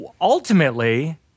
ultimately